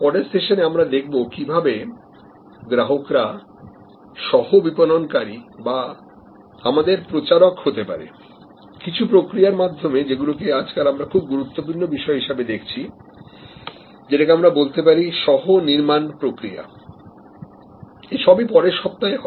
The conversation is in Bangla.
পরের সেশন আমরা দেখব কিভাবে গ্রাহকরা সহ বিপণনকারী বা আমাদের প্রচারক হতে পারে কিছু প্রক্রিয়ার মাধ্যমে যেগুলোকে আজকাল আমরা খুব গুরুত্বপূর্ণ বিষয় হিসাবে দেখছি যেটাকে আমরা বলতে পারি সহ নির্মাণ প্রক্রিয়া এই সবই পরের সপ্তাহে হবে